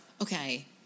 Okay